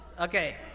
Okay